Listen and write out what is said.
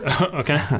Okay